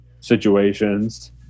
situations